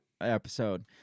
episode